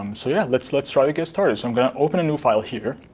um so yeah, let's let's try to get started. so, i'm going to open a new file here.